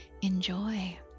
enjoy